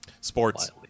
Sports